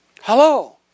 Hello